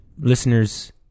listeners